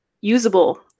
usable